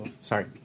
Sorry